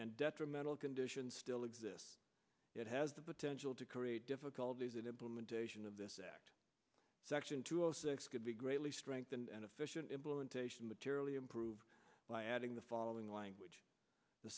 and detrimental condition still exists it has the potential to create difficulties and implementation of this act section two zero six could be greatly strengthened and efficient implementation materially improved by adding the following language the